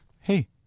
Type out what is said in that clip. hey